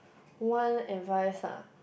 one advice ah